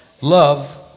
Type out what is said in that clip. love